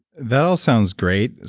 that all sounds great.